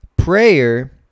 prayer